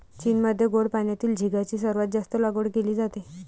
चीनमध्ये गोड पाण्यातील झिगाची सर्वात जास्त लागवड केली जाते